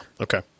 Okay